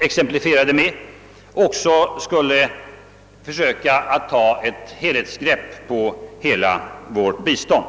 exemplifierat, också skulle försöka få ett helhetsgrepp om hela vårt bistånd.